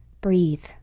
breathe